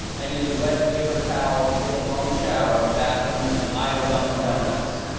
and use wet paper towels to take a bum shower in the bathroom of an iowa dunkin' doughnuts.